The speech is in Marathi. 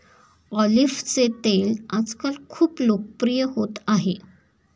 ऑलिव्हचे तेल आजकाल खूप लोकप्रिय होत आहे